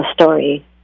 story